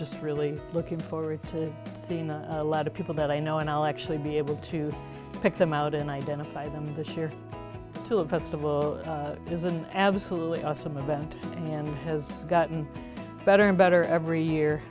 just really looking forward to seeing a lot of people that i know and i'll actually be able to pick them out and identify them this year to a festival is an absolutely awesome event and has gotten better and better every year